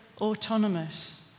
autonomous